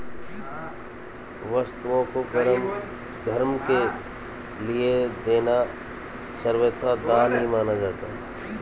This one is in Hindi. वस्तुओं को धर्म के लिये देना सर्वथा दान ही माना जाता है